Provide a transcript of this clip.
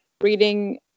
reading